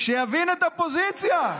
שיבין את הפוזיציה,